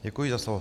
Děkuji za slovo.